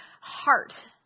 heart